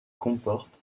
comporte